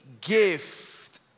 gift